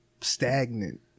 stagnant